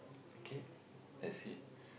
K let's see